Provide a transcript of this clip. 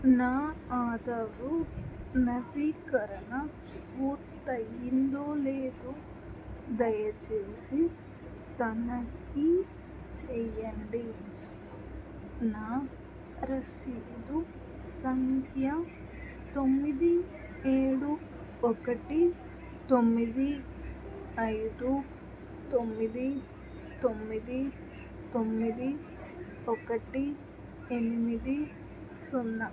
నా ఆధారు నవీకరణ పూర్తయిందో లేదో దయచేసి తనిఖీ చేయండి నా రసీదు సంఖ్య తొమ్మిది ఏడు ఒకటి తొమ్మిది ఐదు తొమ్మిది తొమ్మిది తొమ్మిది ఒకటి ఎనిమిది సున్నా